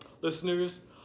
listeners